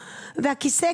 והכיסא,